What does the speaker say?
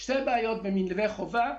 יש שתי בעיות במלווה חובה,